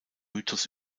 mythos